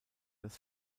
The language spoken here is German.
das